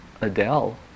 Adele